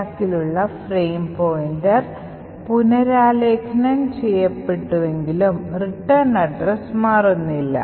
സ്റ്റാക്കിലുള്ള frame pointer പുനരാലേഖനം ചെയ്യപ്പെട്ടുവെങ്കിലും return address മാറുന്നില്ല